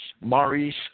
Maurice